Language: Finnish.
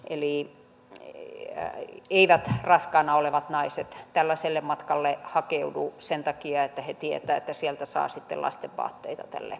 eli eivät raskaana olevat naiset tällaiselle matkalle hakeudu sen takia että he tietävät että sieltä saa sitten lasten vaatteita tälle lapselle